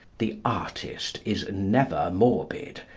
the artist is never morbid.